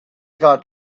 got